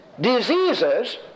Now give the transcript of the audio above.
Diseases